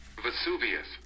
vesuvius